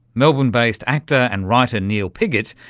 melbourne-based actor and writer neil pigot,